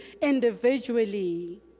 individually